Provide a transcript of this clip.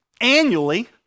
annually